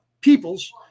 peoples